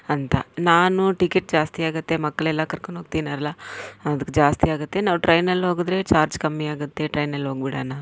ಅಂತ ನಾನು ಟಿಕೆಟ್ ಜಾಸ್ತಿ ಆಗುತ್ತೆ ಮಕ್ಕಳೆಲ್ಲ ಕರ್ಕೊಂಡೋಗ್ತೀನಲ್ಲ ಅದಕ್ಕೆ ಜಾಸ್ತಿ ಆಗುತ್ತೆ ನಾವು ಟ್ರೈನಲ್ಲೋದ್ರೆ ಚಾರ್ಜ್ ಕಮ್ಮಿ ಆಗುತ್ತೆ ಟ್ರೈನಲ್ಲೋಗ್ಬಿಡೋಣ